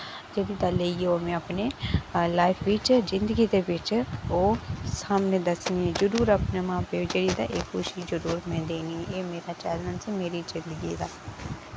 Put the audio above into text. जेह्ड़ी तां लेइयै ओह् में अपने लाइफ बिच जिंदगी दे बिच ओह् सामने दस्सनी ऐ जरूर अपने मां प्यो ही जेह्ड़ी तां एह् खुशी जरूर मैं देनी ऐ एह् मेरा चैलेंज ऐ मेरी जिंदगी दा